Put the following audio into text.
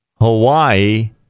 Hawaii